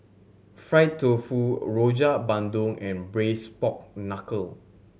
fry tofu Rojak Bandung and braise pork knuckle